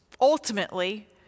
ultimately